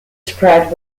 spread